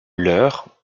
leur